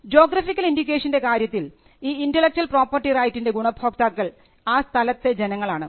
geographical ഇൻഡിക്കേഷൻറെ കാര്യത്തിൽ ഈ ഇന്റെലക്ച്വൽ പ്രോപ്പർട്ടി റൈറ്റിൻറെ ഗുണഭോക്താക്കൾ ആ സ്ഥലത്തെ ജനങ്ങൾ ആണ്